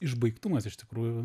išbaigtumas iš tikrųjų